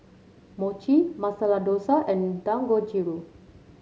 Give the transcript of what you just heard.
Mochi Masala Dosa and Dangojiru